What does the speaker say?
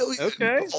Okay